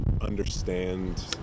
understand